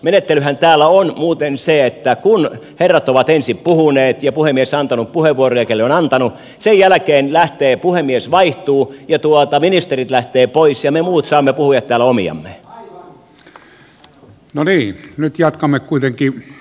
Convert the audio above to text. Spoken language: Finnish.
menettelyhän täällä on muuten se että kun herrat ovat ensin puhuneet ja puhemies antanut puheenvuoroja kelle on antanut sen jälkeen puhemies vaihtuu ja ministerit lähtevät pois ja me muut saamme puhua täällä omiamme